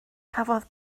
cafodd